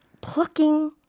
plucking